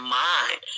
mind